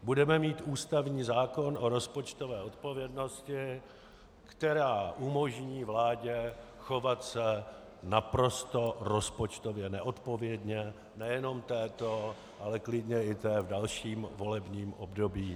Budeme mít ústavní zákon o rozpočtové odpovědnosti, která umožní vládě chovat se naprosto rozpočtově neodpovědně nejenom této, ale klidně i té v dalším volebním období.